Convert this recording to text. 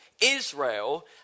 Israel